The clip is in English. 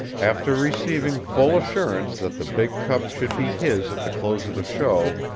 after receiving full assurance that the big cup should be his at the close of the show,